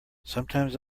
sometimes